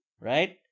right